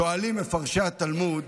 שואלים מפרשי התלמוד,